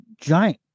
giant